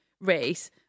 race